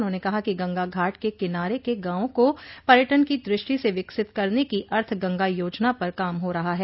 उन्होंने कहा कि गंगा घाट के किनारे के गांवों को पर्यटन की दृष्टि से विकसित करने की अर्थ गंगा योजना पर काम हो रहा है